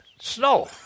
snow